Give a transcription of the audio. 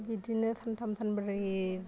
बिदिनो सानथाम सानब्रै